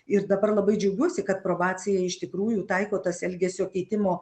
ir dabar labai džiaugiuosi kad probacijoj iš tikrųjų taiko tas elgesio keitimo